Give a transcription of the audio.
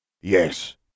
Yes